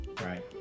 right